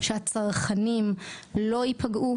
שהצרכנים לא ייפגעו,